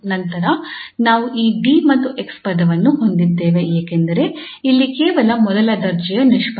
ನಂತರ ನಾವು ಈ 𝐷 ಮತ್ತು 𝑥 ಪದವನ್ನು ಹೊಂದಿದ್ದೇವೆ ಏಕೆಂದರೆ ಇಲ್ಲಿ ಕೇವಲ ಮೊದಲ ದರ್ಜೆಯ ನಿಷ್ಪನ್ನ